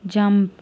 jump